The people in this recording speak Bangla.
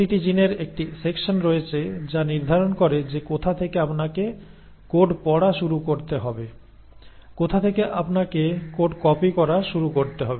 প্রতিটি জিনের একটি সেকশন রয়েছে যা নির্ধারণ করে যে কোথা থেকে আপনাকে কোড পড়া শুরু করতে হবে কোথা থেকে আপনাকে কোড কপি করা শুরু করতে হবে